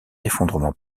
effondrement